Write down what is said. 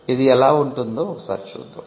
ఇది ఎలా ఉంటుందో ఒక సారి చూద్దాం